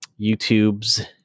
YouTubes